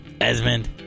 Esmond